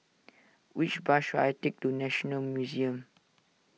which bus should I take to National Museum